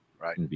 Right